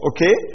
Okay